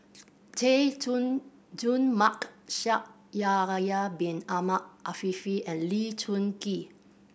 Chay Jung Jun Mark Shaikh Yahya Bin Ahmed Afifi and Lee Choon Kee